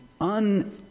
un